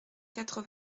quatre